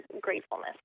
gratefulness